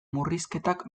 murrizketak